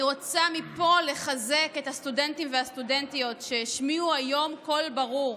אני רוצה מפה לחזק את הסטודנטים והסטודנטיות שהשמיעו היום קול ברור,